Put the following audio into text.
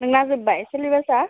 नोंना जोब्बाय सिलेबासा